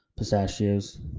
pistachios